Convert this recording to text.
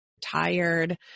tired